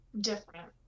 different